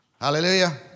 Hallelujah